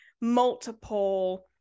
multiple